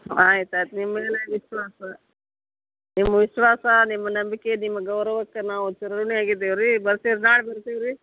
ಆಯ್ತು ಆಯ್ತು ನಿಮ್ಮಲ್ಲಿ ವಿಶ್ವಾಸ ನಿಮ್ಮ ವಿಶ್ವಾಸ ನಿಮ್ಮ ನಂಬಿಕೆ ನಿಮ್ಮ ಗೌರವಕ್ಕೆ ನಾವು ಚಿರಋಣಿ ಆಗಿದ್ದೇವೆ ರೀ ಬರ್ತೀವಿ ನಾಳೆ ಬರ್ತೀವಿ ರೀ